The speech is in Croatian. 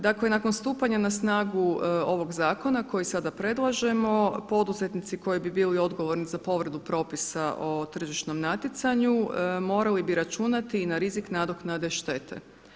Dakle, nakon stupanja na snagu ovog Zakona koji sada predlažemo poduzetnici koji bi bili odgovorni za povredu propisa o tržišnom natjecanju morali bi računati i na rizik nadoknade štete.